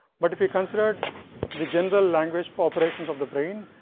but if we considered the general language for operations of the brain,